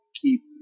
keep